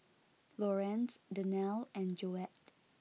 Lorenz Danielle and Joette